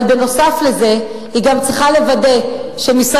אבל נוסף על זה היא גם צריכה לוודא שמשרד